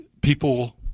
people